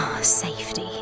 safety